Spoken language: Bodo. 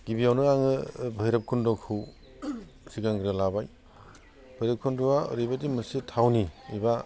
गिबियावनो आङो भैराबकुन्द'खौ सिगांग्रो लाबाय भैराबकुन्द'आ ओरैबायदि मोनसे थावनि एबा